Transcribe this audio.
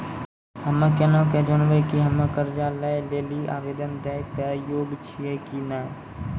हम्मे केना के जानबै कि हम्मे कर्जा लै लेली आवेदन दै के योग्य छियै कि नै?